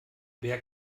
wer